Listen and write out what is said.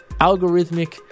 algorithmic